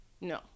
No